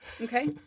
Okay